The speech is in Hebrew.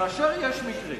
כאשר יש מקרה